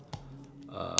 uh